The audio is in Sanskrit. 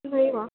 द्वे वा